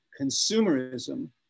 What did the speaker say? Consumerism